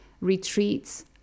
Retreats